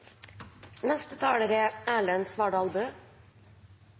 neste taler er